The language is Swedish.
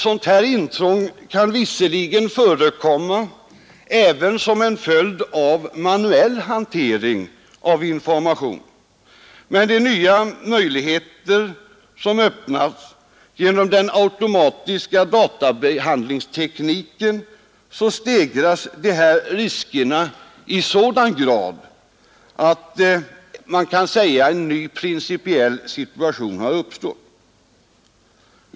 Sådant intrång kan visserligen förekomma även som en följd av manuell hantering av information, men med de nya möjligheter som öppnats genom den automatiska databehandlingstekniken stegras de riskerna i sådan grad att man kan säga att en principiellt ny situation har uppstått.